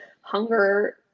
hunger